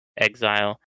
Exile